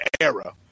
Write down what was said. era